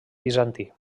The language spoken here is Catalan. bizantí